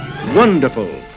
wonderful